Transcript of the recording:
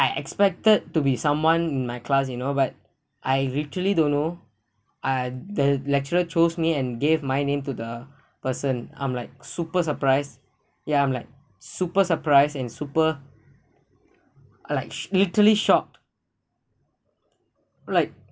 I expected to be someone in my class you know but I literary don't know uh the lecturer chose me and gave my name to the person I'm like super surprise ya I'm like super surprise and super I'm like literary shocked I'm like